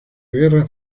guerra